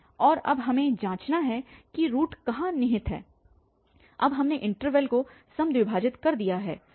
और अब हमें जाँचना है कि रूट कहाँ निहित है अब हमने इन्टरवल को द्विभाजित कर दिया है